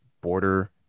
border